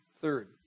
Third